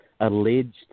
alleged